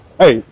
hey